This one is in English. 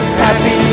happy